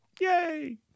Yay